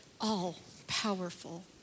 all-powerful